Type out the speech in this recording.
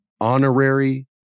honorary